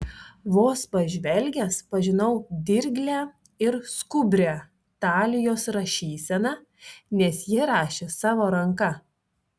vos pažvelgęs pažinau dirglią ir skubrią talijos rašyseną nes ji rašė savo ranka